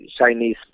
Chinese